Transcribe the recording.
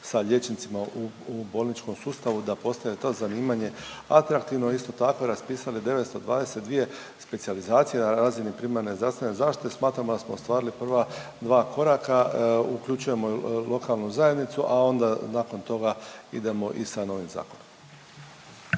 sa liječnicima u bolničkom sustavu da postane to zanimanje atraktivno, a isto tako raspisali 922 specijalizacije na razini primarne zdravstvene zaštite. Smatramo da smo ostvarili prva dva koraka. Uključujemo lokalnu zajednicu, a onda nakon toga idemo i sa novim zakonom.